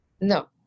No